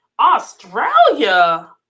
Australia